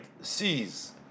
sees